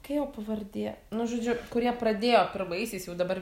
kai jo pavardė nu žodžiu kurie pradėjo pirmaisiais jau dabar